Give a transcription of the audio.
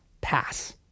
pass